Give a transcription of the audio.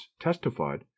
testified